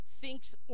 thinks